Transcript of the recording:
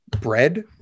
bread